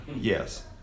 Yes